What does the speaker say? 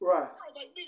Right